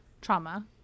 Trauma